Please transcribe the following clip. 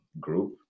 group